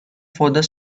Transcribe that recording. further